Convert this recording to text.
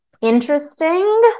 Interesting